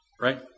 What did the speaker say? Right